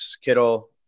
Kittle